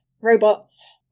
robots